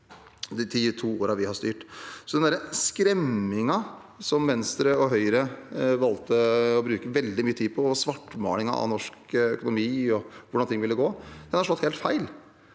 de to årene vi har styrt. Så den skremselen som Venstre og Høyre valgte å bruke veldig mye tid på, og svartmalingen av norsk økonomi og hvordan ting ville gå, har slått helt feil.